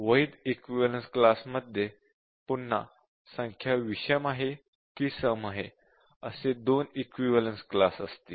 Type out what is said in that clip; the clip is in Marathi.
वैध इक्विवलेन्स क्लास मध्ये पुन्हा संख्या विषम संख्या आहे कि सम संख्या आहे का असे दोन इक्विवलेन्स क्लास असतील